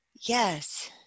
Yes